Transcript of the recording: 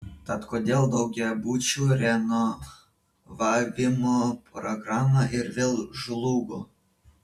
tad kodėl daugiabučių renovavimo programa ir vėl žlugo